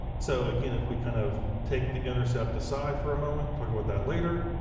so, again, if we kind of take the intercept aside for a moment, talk about that later,